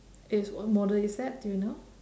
is what model is that do you know